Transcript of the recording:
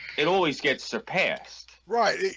it always gets surpassed right.